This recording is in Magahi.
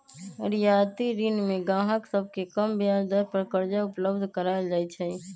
रियायती ऋण में गाहक सभके कम ब्याज दर पर करजा उपलब्ध कराएल जाइ छै